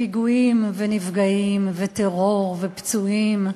פיגועים ונפגעים וטרור ופצועים,